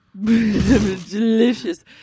Delicious